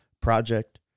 project